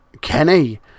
Kenny